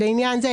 לעניין זה,